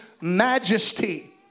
majesty